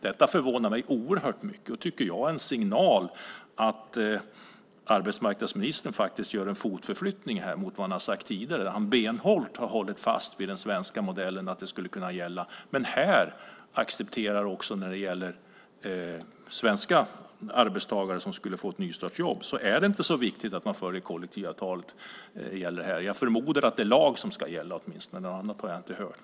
Detta förvånar mig oerhört mycket, och jag tycker att det är en signal om att arbetsmarknadsministern faktiskt gör en fotförflyttning här gentemot vad han har sagt tidigare då han benhårt har hållit fast vid den svenska modellen, att den skulle kunna gälla. Men när det gäller svenska arbetstagare som skulle få ett nystartsjobb är det inte så viktigt att man följer kollektivavtalet när det gäller det här. Jag förmodar att det åtminstone är lag som ska gälla - något annat har jag inte hört.